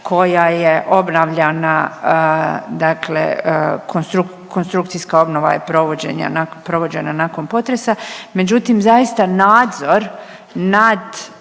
koja je obnavljanja dakle, konstrukcijska obnova je provođenja, provođena nakon potresa, međutim zaista nadzor nad